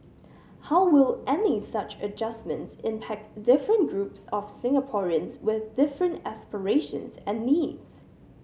how will any such adjustments impact different groups of Singaporeans with different aspirations and needs